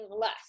less